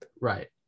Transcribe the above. Right